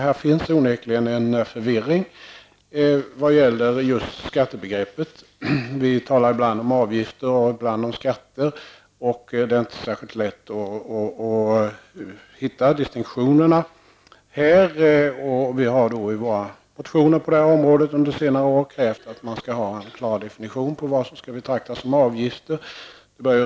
Här råder onekligen förvirring när det gäller just skattebegreppet. Vi talar ibland om avgifter och ibland om skatter, och det är inte alltid lätt att finna distinktionerna. Vi har i våra motioner på detta område under senare år krävt att det skall göras en klar definition av vad som skall betraktas som avgifter.